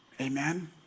Amen